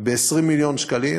ב-20 מיליון שקלים.